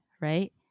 right